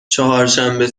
چهارشنبه